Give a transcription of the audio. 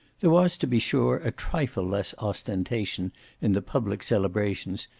there was, to be sure, a trifle less ostentation in the public celebrations,